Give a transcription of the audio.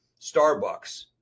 Starbucks